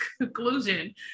conclusion